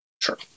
sure